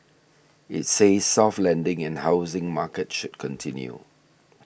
it says soft landing in housing market should continue